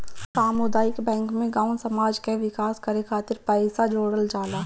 सामुदायिक बैंक में गांव समाज कअ विकास करे खातिर पईसा जोड़ल जाला